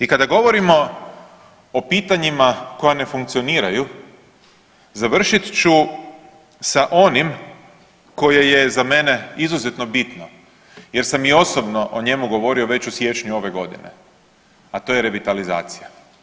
I kada govorimo o pitanjima koja ne funkcioniraju završit ću sa onim koje je za mene izuzetno bitno jer sam i osobno o njemu govorio već u siječnju ove godine, a to je revitalizacija.